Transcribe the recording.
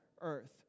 earth